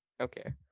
okay